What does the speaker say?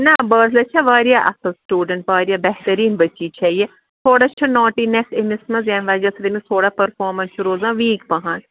نہ بازلا چھِ واریاہ اَصٕل سٹوٗڈنٛٹ واریاہ بہتریٖن بٔچی چھےٚ یہِ تھوڑا چھ نوٹی نٮ۪س أمِس منٛز ییٚمہِ وجہ سۭتۍ أمِس تھوڑا پٔرفارمنس چھِ روزان ویٖک پَہَن